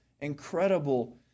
incredible